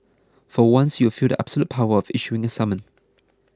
for once you'll feel the absolute power of issuing a summon